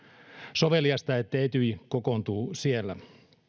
soveliasta että etyj kokoontuu siellä